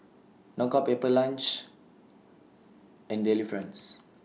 Knockout Pepper Lunch and Delifrance